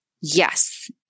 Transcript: Yes